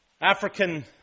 African